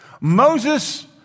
Moses